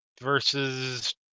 versus